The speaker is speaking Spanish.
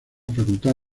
facultad